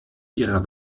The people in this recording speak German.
ihrer